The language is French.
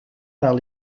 par